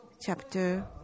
chapter